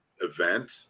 event